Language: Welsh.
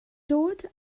dod